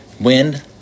Wind